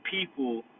people